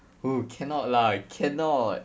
oo cannot lah cannot